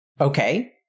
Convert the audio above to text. Okay